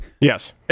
yes